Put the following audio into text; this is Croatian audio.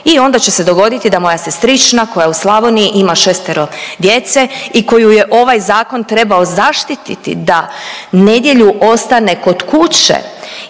I onda će se dogoditi da moja sestrična koja je u Slavoniji ima šestero djece i koju je ovaj zakon trebao zaštititi da nedjelju ostane kod kuće